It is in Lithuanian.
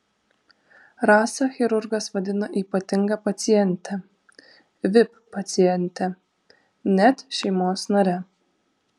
rasą chirurgas vadina ypatinga paciente vip paciente net šeimos nare